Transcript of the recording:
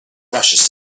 rushes